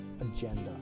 agenda